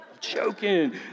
joking